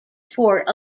toward